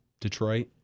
detroit